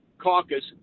Caucus